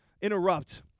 interrupt